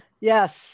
yes